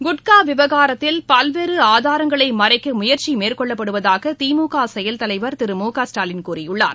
குட்கா விவகாரத்தில் பல்வேறு ஆதாரங்களை மறைக்க முயற்சி மேற்கொள்ளப்படுவதாக திமுக செயல் தலைவர் திரு மு க ஸ்டாலின் கூறியுள்ளார்